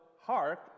hark